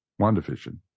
WandaVision